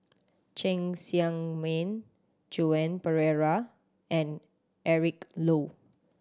Cheng Tsang Man Joan Pereira and Eric Low